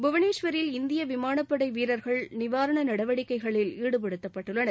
புவனேஷ்வரில் இந்திய விமானப்படை வீரர்கள் நிவாரண நடவடிக்கைகளில் ஈடுபடுத்தப்பட்டுள்ளனர்